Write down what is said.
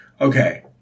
Okay